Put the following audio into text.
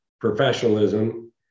professionalism